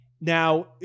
Now